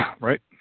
Right